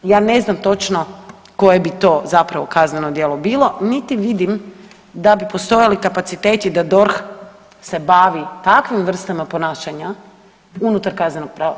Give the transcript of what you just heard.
Ja ne znam točno koje bi to zapravo kazneno djelo bilo niti vidim da bi postojali kapaciteti da DORH se bavi takvim vrstama ponašanja unutar kaznenog prava.